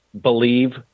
believe